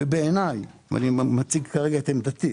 בעיניי, ואני מציג כרגע את עמדתי,